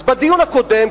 אז בדיון הקודם,